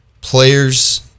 Players